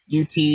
UT